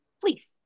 Please